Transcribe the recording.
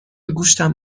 گوشتم